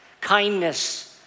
kindness